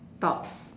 thoughts